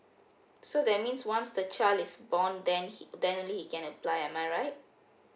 so that means once the child is born then he then only he can apply am I right